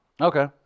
okay